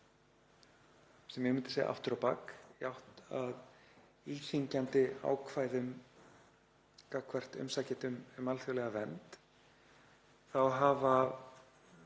sem ég myndi segja að væru aftur á bak, í átt að íþyngjandi ákvæðum gagnvart umsækjendum um alþjóðlega vernd, þá hafa